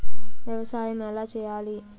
వ్యవసాయం ఎలా చేయాలి?